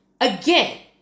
Again